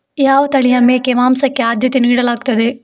ಯಾವ ತಳಿಯ ಮೇಕೆ ಮಾಂಸಕ್ಕೆ ಆದ್ಯತೆ ನೀಡಲಾಗ್ತದೆ?